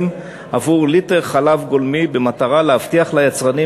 בעבור ליטר חלב גולמי במטרה להבטיח ליצרנים,